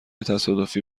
تصادفی